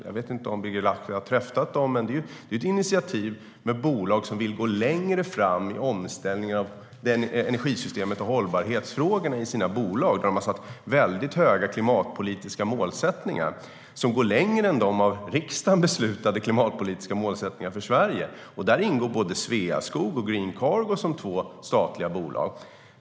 Jag vet inte om Birger Lahti har träffat dem, men det är ett initiativ med bolag som vill gå längre fram i omställningen av energisystemet och med hållbarhetsfrågorna i sina bolag. De har satt upp väldigt höga klimatpolitiska målsättningar, som går längre än de av riksdagen beslutade klimatpolitiska målsättningarna för Sverige. Där ingår både Sveaskog och Green Cargo som två statliga bolag.